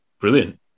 Brilliant